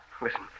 Listen